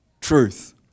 truth